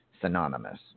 synonymous